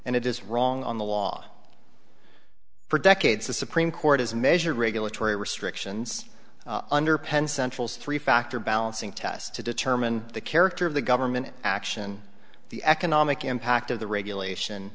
and it is wrong on the law for decades the supreme court has measured regulatory restrictions on her pen centrals three factor balancing test to determine the character of the government action the economic impact of the regulation